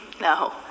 No